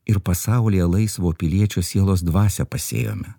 ir pasaulyje laisvo piliečio sielos dvasią pasėjome